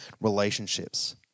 relationships